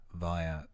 via